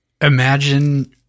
imagine